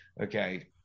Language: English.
okay